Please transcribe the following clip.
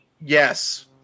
Yes